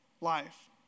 life